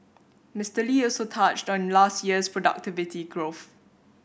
Mister Lee also touched on last year's productivity growth